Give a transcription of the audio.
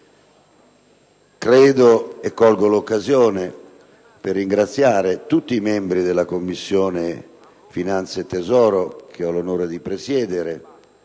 Colgo l'occasione per ringraziare tutti i membri della Commissione finanze e tesoro che ho l'onore di presiedere,